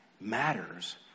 matters